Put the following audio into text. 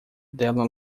dela